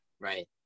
right